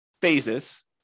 phases